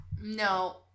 No